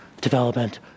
development